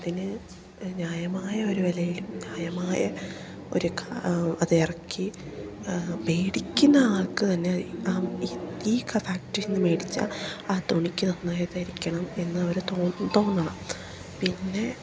അതിന് ന്യായമായ ഒര് വിലയിലും ന്യായമായ ഒര് അത് ഇറക്കി മേടിക്കുന്ന ആൾക്ക് തന്നെ ആ ഈ ഫാക്ടറിയിൽ നിന്ന് മേടിച്ചാൽ ആ തുണിക്ക് നന്നായി ഇരിക്കണം എന്ന ഒരു തോന്നണം പിന്നെ